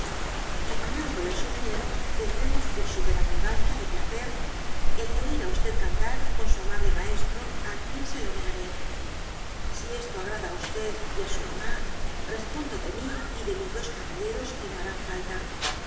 y ganándole su dinero tendremos por superabundancia de placer el de oir á cantar con su amable maestro á quien se lo rogaré si esto agrada á á su mamá respondo de mi y de mis dos caballeros que no harán falta